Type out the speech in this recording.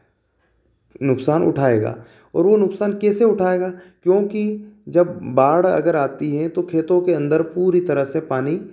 नुकसान उठाएगा और वह नुकसान कैसे उठाएगा क्योंकि जब बाढ़ अगर आती है तो खेतों के अंदर पूरी तरह से पानी